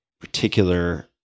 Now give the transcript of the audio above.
particular